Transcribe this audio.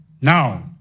now